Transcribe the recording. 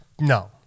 No